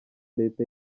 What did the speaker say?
leta